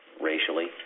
racially